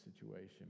situation